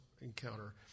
encounter